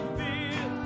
feel